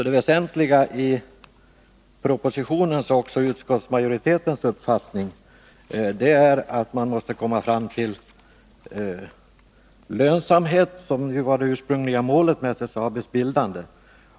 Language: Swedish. Det väsentliga i propositionen — och detta är också utskottsmajoritetens uppfattning — är att man måste komma fram till lönsamhet, som ju var det ursprungliga målet vid SSAB:s bildande.